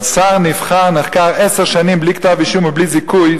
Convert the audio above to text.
אבל שר נבחר נחקר עשר שנים בלי כתב-אישום ובלי זיכוי,